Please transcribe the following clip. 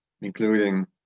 including